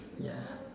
ya